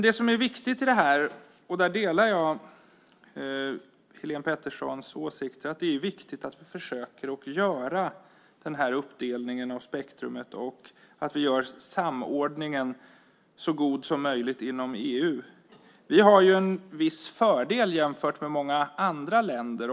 Det som är viktigt i det här, och där delar jag Helene Peterssons åsikt, är att vi försöker göra en uppdelning av spektrumet och att vi gör samordningen inom EU så god som möjligt. Vi har en viss fördel jämfört med många andra länder.